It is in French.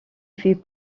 fut